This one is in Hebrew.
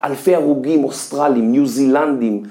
אלפי הרוגים, אוסטרלים, ניו זילנדים.